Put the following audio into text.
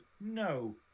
no